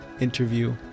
interview